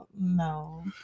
No